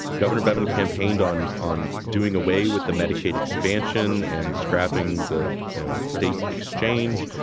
governor bevin campaigned on on doing away with the medicaid expansion and scrapping the state exchange.